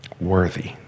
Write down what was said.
Worthy